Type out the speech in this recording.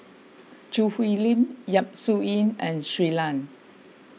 Choo Hwee Lim Yap Su Yin and Shui Lan